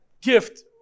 gift